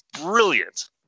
Brilliant